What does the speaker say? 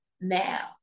now